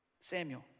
Samuel